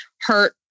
hurt